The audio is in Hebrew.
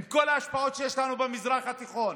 עם כל ההשפעות שיש לנו במזרח התיכון,